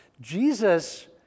Jesus